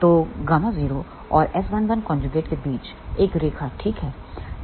तो Γ0 और S11के बीच एक रेखा ठीक है